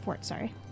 sorry